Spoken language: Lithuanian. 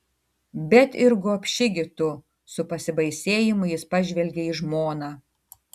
bet ir gobši gi tu su pasibaisėjimu jis pažvelgė į žmoną